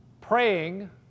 Praying